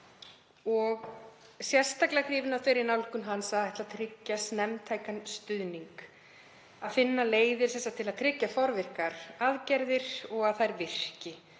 er sérstaklega hrifin af þeirri nálgun hans að ætla að tryggja snemmtækan stuðning, að finna leiðir til að tryggja forvirkar aðgerðir og að þær virki